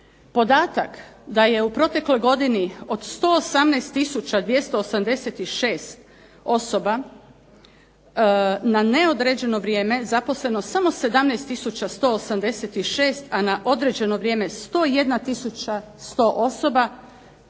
Podatak da je u protekloj godini od 118 tisuća 286 osoba na neodređeno vrijeme zaposleno samo 17 tisuća 186 a na određeno vrijeme 101 tisuća